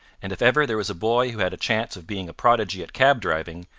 and if ever there was a boy who had a chance of being a prodigy at cab-driving,